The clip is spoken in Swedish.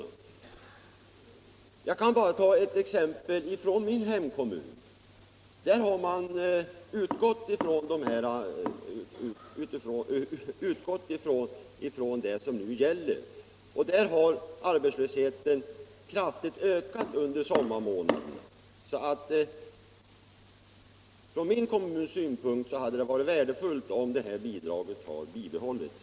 De höga drivmedelspriserna och ökade kostnader i övrigt för att ha bil har dock medfört att de nuvarande möjligheterna till reseavdrag är helt otillräckliga. Med hänvisning till det anförda vill jag ställa följande fråga: Kommer statsrådet att ta initiativ för att förbättra avdragsmöjligheterna för resor med egen bil mellan bostad och arbetsplats?